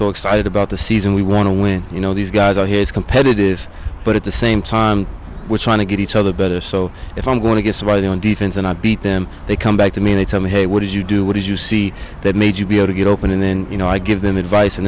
so excited about the season we want to win you know these guys are here is competitive but at the same time we're trying to get each other better so if i'm going to get somebody on defense and i beat them they come back to me in a time hey what did you do what did you see that made you go to get open and then you know i give them advice and